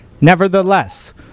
Nevertheless